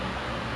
it's like